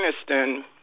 Afghanistan